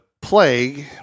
plague